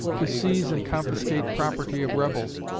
to seize and confiscate property of rebels,